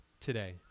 today